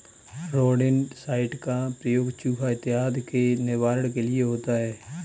rodenticide का प्रयोग चुहा इत्यादि के निवारण के लिए होता है